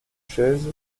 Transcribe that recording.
chaise